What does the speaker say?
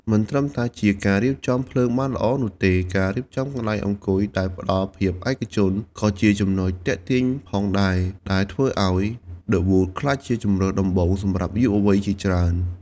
មិនត្រឹមតែជាការរៀបចំភ្លើងបានល្អនោះទេ ការរៀបចំកន្លែងអង្គុយដែលផ្តល់ភាពឯកជន ក៏ជាចំណុចទាក់ទាញផងដែរ ដែលធ្វើឱ្យ ឌឹ វូត ក្លាយជាជម្រើសដំបូងសម្រាប់យុវវ័យជាច្រើន។